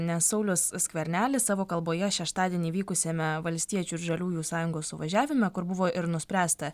nes saulius skvernelis savo kalboje šeštadienį vykusiame valstiečių ir žaliųjų sąjungos suvažiavime kur buvo ir nuspręsta